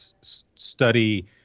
study